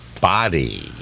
body